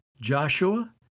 Joshua